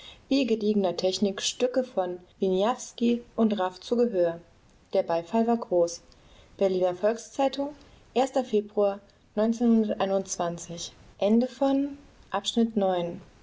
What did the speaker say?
gediegener technik stücke von wieniawski und raff zu gehör der beifall war groß berliner volks-zeitung februar